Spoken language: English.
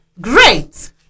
Great